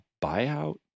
buyout